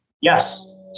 Yes